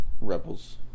Rebels